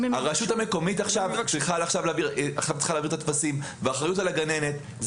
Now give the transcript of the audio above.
הרשות המקומית עכשיו צריכה להעביר את הטפסים והאחריות על הגננת.